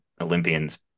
Olympians